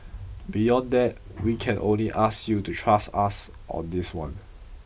beyond that we can only ask you to trust us on this one